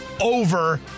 over